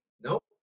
Nope